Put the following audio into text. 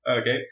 Okay